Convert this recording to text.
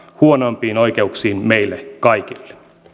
huonompiin oikeuksiin meille kaikille